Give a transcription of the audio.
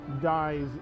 dies